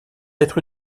être